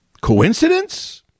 Coincidence